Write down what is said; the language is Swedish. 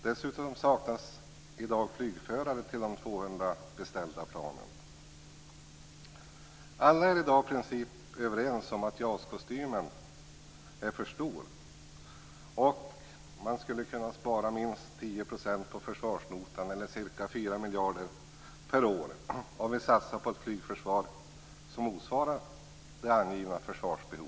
Dessutom saknas i dag flygförare till de 200 Alla är i dag i princip överens om att JAS kostymen är för stor, och man skulle kunna spara minst 10 % på försvarsnotan eller ca 4 miljarder kronor per år om vi satsar på ett flygförsvar som motsvarar det angivna försvarsbehovet.